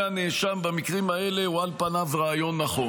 הנאשם במקרים האלה הוא על פניו רעיון נכון.